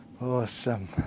awesome